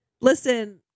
Listen